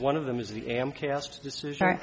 one of them is the am cast decision